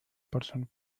percent